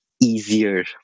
easier